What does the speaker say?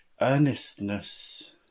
earnestness